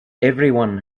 everyone